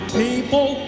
people